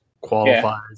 qualifies